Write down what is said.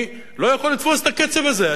אני לא יכול לתפוס את הקצב הזה,